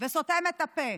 וסותם את הפה.